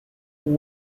who